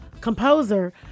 composer